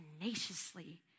tenaciously